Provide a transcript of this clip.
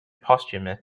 posthumous